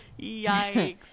Yikes